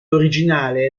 originale